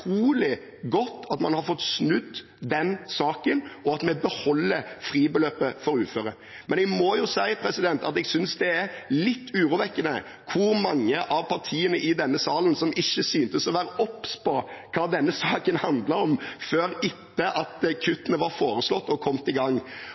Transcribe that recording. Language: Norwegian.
godt at man har fått snudd den saken, og at vi beholder fribeløpet for uføre. Men jeg må jo si at jeg synes det er litt urovekkende hvor mange av partiene i denne salen som ikke syntes å være obs på hva denne saken handlet om, før etter at